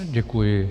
Děkuji.